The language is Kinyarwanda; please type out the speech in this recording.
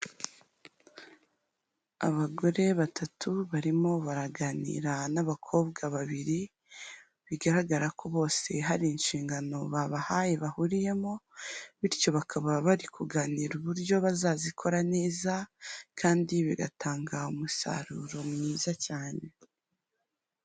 Abagore batatu barimo baraganira n'abakobwa babiri, bigaragara ko bose hari inshingano babahaye bahuriyemo bityo bakaba bari kuganira uburyo bazazikora neza kandi bigatanga umusaruro mwiza cyane.